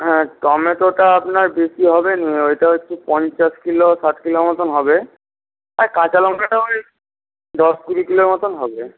হ্যাঁ টমেটোটা আপনার দিতে হবে ওটা হচ্ছে পঞ্চাশ কিলো ষাট কিলোর মতো হবে আর কাঁচা লঙ্কাটা ওই দশ কুড়ি কিলোর মতো হবে